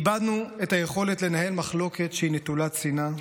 איבדנו את היכולת לנהל מחלוקת נטולת שנאה,